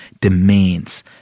demands